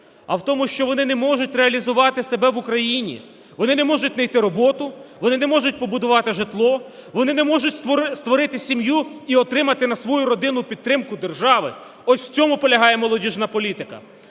а в тому, що вони не можуть реалізувати себе в Україні. Вони не можуть найти роботу, вони не можуть побудувати житло, вони не можуть створити сім'ю і отримати на свою родину підтримку держави. Ось у цьому полягає молодіжна політика.